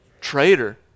Traitor